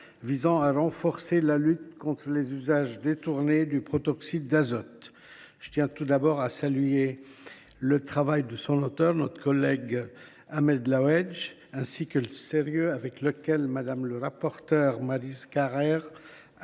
visant à renforcer la lutte contre les usages détournés du protoxyde d’azote. Je tiens tout d’abord à saluer le travail de son auteur, notre collègue Ahmed Laouedj, ainsi que le sérieux avec lequel Mme le rapporteur, Maryse Carrère,